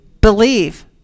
believe